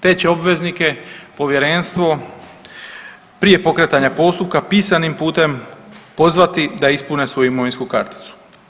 Te će obveznike Povjerenstvo prije pokretanja postupka pisanim putem pozvati da ispune svoju imovinsku karticu.